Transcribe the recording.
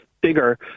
bigger